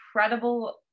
incredible